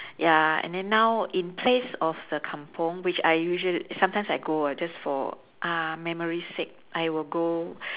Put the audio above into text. ya and then now in place of the kampung which I usual~ sometimes I go uh just for uh memory sake I will go